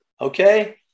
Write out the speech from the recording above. Okay